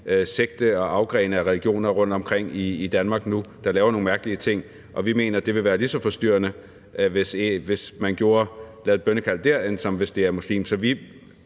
sekter og grene af religioner rundtomkring i Danmark nu, der laver nogle mærkelige ting, og vi mener, det vil være lige så forstyrrende, hvis de laver bønnekald, som hvis det er muslimer.